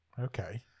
Okay